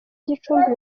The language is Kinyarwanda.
gicumbi